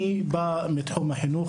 אני בא מתחום החינוך.